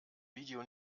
video